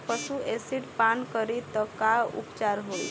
पशु एसिड पान करी त का उपचार होई?